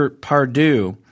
Pardue